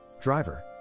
Driver